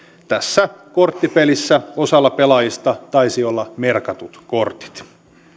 tässä korttipelissä osalla pelaajista taisi olla merkatut kortit